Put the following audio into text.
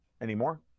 anymore